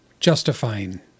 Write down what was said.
justifying